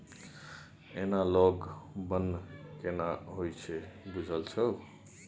Analogue बन्न केना होए छै बुझल छौ?